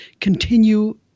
continue